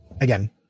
again